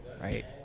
right